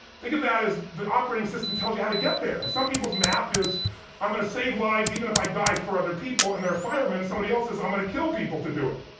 think of that as the operating system tells you how to get there, and some people's map is i'm gonna save lives even if i die for other people, and they're firemen. somebody else is i'm gonna kill people to do it.